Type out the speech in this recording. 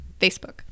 Facebook